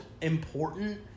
important